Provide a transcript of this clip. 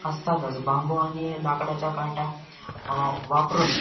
असतातच बांबू आणि लाकडाच्या काठ्या वापरून